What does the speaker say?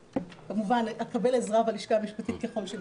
וכמובן אקבל עזרה בלשכה המשפטית ככל שנצטרך.